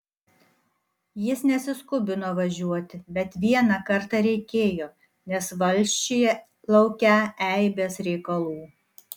jis nesiskubino važiuoti bet vieną kartą reikėjo nes valsčiuje laukią eibės reikalų